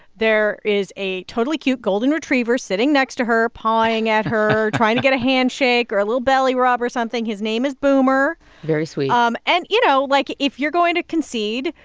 there is a totally cute golden retriever sitting next to her, pawing at her, trying to get a handshake or a little belly rub or something. his name is boomer very sweet um and, you know, like, if you're going to concede,